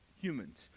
humans